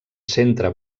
centra